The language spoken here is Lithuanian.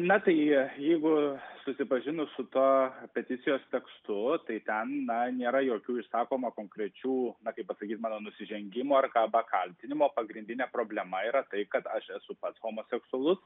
na tai jeigu susipažinus su tuo peticijos tekstu tai ten na nėra jokių išsakoma konkrečių na kaip pasakyt mano nusižengimų arba kaltinimų pagrindinė problema yra tai kad aš esu pats homoseksualus